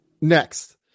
Next